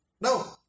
No